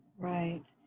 right.